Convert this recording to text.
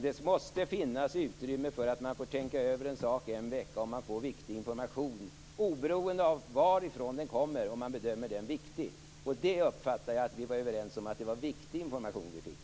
Det måste finnas utrymme att tänka över en sak i en vecka om viktig information kommer fram - oberoende av var informationen kommer från. Jag uppfattade att vi var överens om att det var viktig information vi fick.